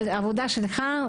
אבל העבודה שלך,